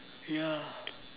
ya